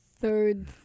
Third